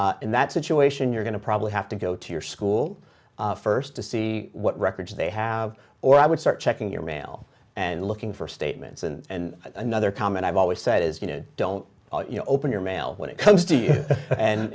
company in that situation you're going to probably have to go to your school first to see what records they have or i would start checking your mail and looking for statements and another comment i've always said is you know don't open your mail when it comes to you and